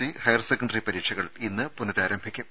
C higher secondary പരീക്ഷകൾ ഇന്ന് പുനരാരംഭിക്കും